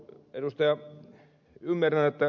ymmärrän että ed